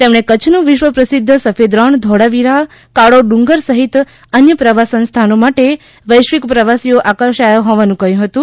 તેમણે કચ્છનું વિશ્વ પ્રસિદ્ધ સફેદ રણ ધોળાવીરા કાળો ડુંગર સહિત અન્ય પ્રવાસન સ્થાનો માટે વૈશ્વિક પ્રવાસીઓ આકર્ષાયા હોવાનું કહ્યું હતું